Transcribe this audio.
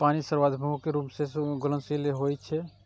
पानि सार्वभौमिक रूप सं घुलनशील होइ छै